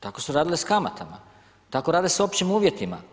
Tako su radile sa kamatama, tako rade sa općim uvjetima.